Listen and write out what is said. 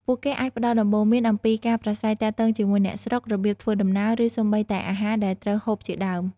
ពួកគេអាចផ្ដល់ដំបូន្មានអំពីការប្រាស្រ័យទាក់ទងជាមួយអ្នកស្រុក របៀបធ្វើដំណើរ ឬសូម្បីតែអាហារដែលត្រូវហូបជាដើម ។